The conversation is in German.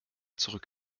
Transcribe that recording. zurück